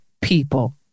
people